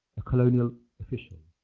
a colonial official